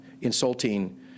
insulting